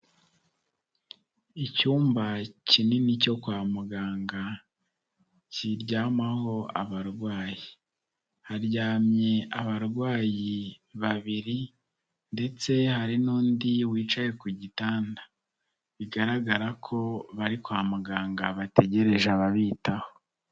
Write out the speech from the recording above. Icyumba kinini cyo kwa muganga kiryamaho abarwayi, haryamye abarwayi babiri ndetse hari n'undi wicaye ku gitanda, bigaragara ko bari kwa muganga bategereje ababitaho.